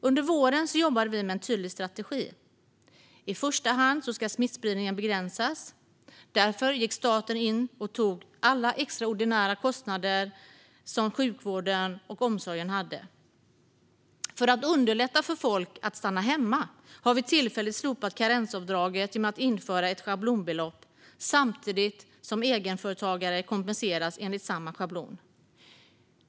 Under våren jobbade vi med en tydlig strategi: I första hand ska smittspridningen begränsas. Därför gick staten in och tog alla extraordinära kostnader som sjukvården och omsorgen hade. För att underlätta för folk att stanna hemma har vi tillfälligt slopat karensavdraget genom att införa ett schablonbelopp, samtidigt som egenföretagare kompenseras enligt samma schablon.